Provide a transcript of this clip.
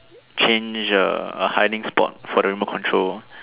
change a a hiding spot for the remote control